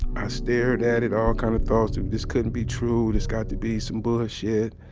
i stared at it, all kind of thoughts, this couldn't be true. this got to be some bullshit.